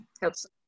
helps